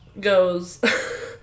goes